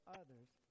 others